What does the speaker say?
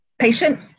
patient